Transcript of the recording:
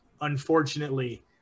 unfortunately